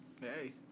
Hey